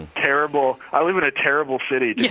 terrible i live in a terrible city to. yeah,